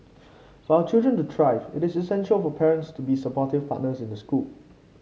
for our children to thrive it is essential for parents to be supportive partners in the school